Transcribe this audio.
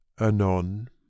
Anon